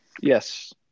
Yes